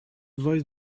voice